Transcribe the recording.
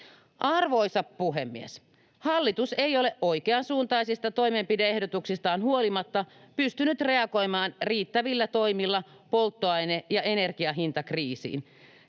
Arvoisa puhemies! Hallitus ei ole oikeasuuntaisista toimenpide-ehdotuksistaan huolimatta pystynyt reagoimaan riittävillä toimilla polttoaine‑ ja energiahintakriisin.